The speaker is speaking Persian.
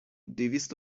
دویست